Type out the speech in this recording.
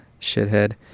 shithead